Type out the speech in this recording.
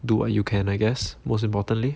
do what you can I guess most importantly